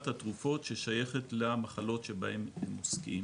התרופות ששייכת למחלות שבהם הם עוסקים,